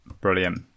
brilliant